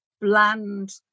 bland